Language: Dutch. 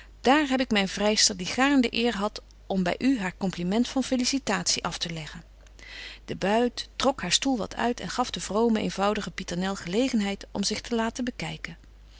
daar heb ik myn vryster die gaarn de eer hadt om by u haar compliment van felicitatie af te leggen de bruid trok haar stoel wat uit en gaf de vrome eenvoudige pieternel gelegenheid om zich te laten bekyken